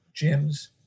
gyms